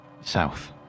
south